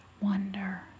wonder